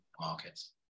markets